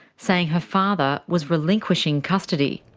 saying her father was relinquishing custody.